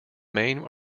main